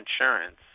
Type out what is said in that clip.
insurance